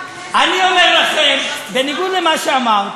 חבר הכנסת, אני אומר לכם, בניגוד למה שאמרת,